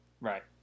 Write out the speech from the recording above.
Right